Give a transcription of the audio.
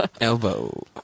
Elbow